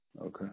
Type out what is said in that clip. Okay